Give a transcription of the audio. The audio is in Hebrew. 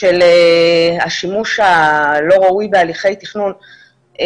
של השימוש הלא ראוי בהליכי תכנון,